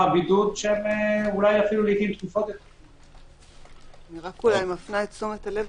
אני מפנה את תשומת הלב,